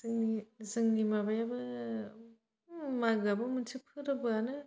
ओइ जोंनि माबायाबो मागोआबो मोनसे फोरबोआनो